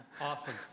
Awesome